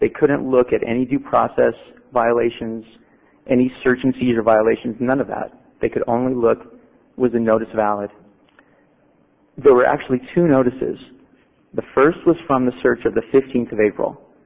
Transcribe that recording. they couldn't look at any due process violations any search and seizure violations none of that they could only look was a notice valid there were actually two notices the first was from the search of the fifteenth of april